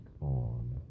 on